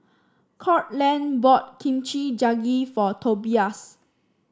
Courtland bought Kimchi Jjigae for Tobias